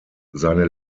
seine